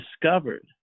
discovered